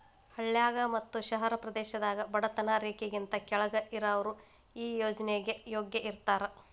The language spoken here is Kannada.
ಹಳ್ಳಾಗ ಮತ್ತ ಶಹರ ಪ್ರದೇಶದಾಗ ಬಡತನ ರೇಖೆಗಿಂತ ಕೆಳ್ಗ್ ಇರಾವ್ರು ಈ ಯೋಜ್ನೆಗೆ ಯೋಗ್ಯ ಇರ್ತಾರ